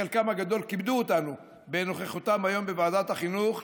חלקם הגדול כיבדו אותנו בנוכחותם היום בוועדת החינוך.